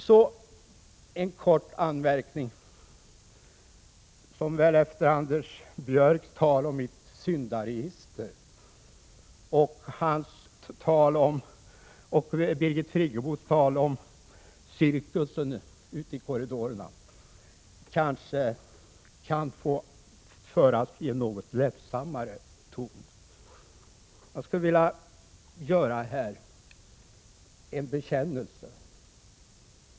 Sedan en kort anmärkning efter Anders Björcks tal om mitt syndaregister och hans och Birgit Friggebos tal om cirkusen ute i korridorerna, som kanske kan få föras i en något lättsammare ton. Jag skulle här vilja göra en bekännelse.